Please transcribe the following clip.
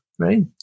Right